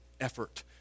effort